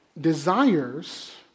desires